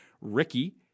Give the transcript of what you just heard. Ricky